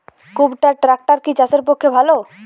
কুবটার ট্রাকটার কি চাষের পক্ষে ভালো?